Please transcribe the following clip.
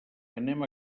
anem